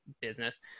business